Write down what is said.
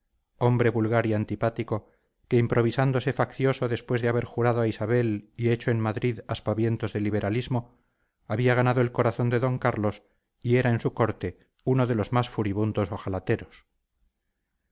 hombre vulgar y antipático que improvisándose faccioso después de haber jurado a isabel y hecho en madrid aspavientos de liberalismo había ganado el corazón de d carlos y era en su corte uno de los más furibundos ojalateros